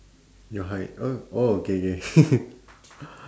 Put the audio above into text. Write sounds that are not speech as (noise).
your height uh orh K K (laughs)